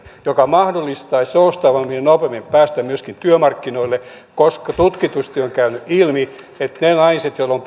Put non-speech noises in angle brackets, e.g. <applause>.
joka mahdollistaisi joustavammin ja nopeammin pääsyn myöskin työmarkkinoille tutkitusti on käynyt ilmi että niiden naisten joilla on <unintelligible>